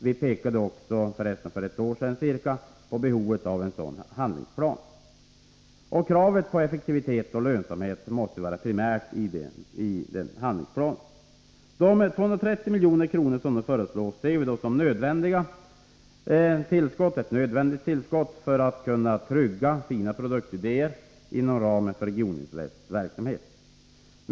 Vi pekade för resten för ca ett år sedan på behovet av en sådan handlingsplan. Kravet på effektivitet och lönsamhet måste vara det primära i den handlingsplanen. De 230 milj.kr.som nu föreslås ser vi som ett nödvändigt tillskott för att trygga fina produktidéer inom ramen för Regioninvests verksamhet.